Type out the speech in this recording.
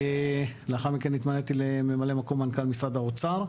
לאחר מכן התמניתי לממלא מקום מנכ"ל משרד האוצר,